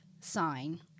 sign